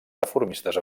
reformistes